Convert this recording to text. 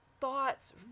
thoughts